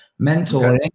Mentoring